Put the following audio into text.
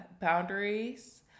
boundaries